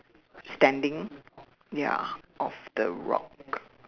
standing ya of the rock